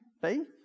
faith